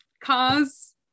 cars